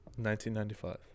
1995